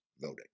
voting